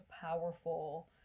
powerful